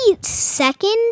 second